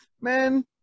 man